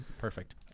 perfect